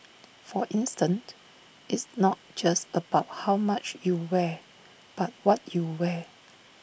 for instant it's not just about how much you wear but what you wear